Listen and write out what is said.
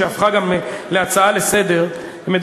שהפכה להצעה לסדר-היום,